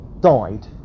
died